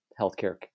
healthcare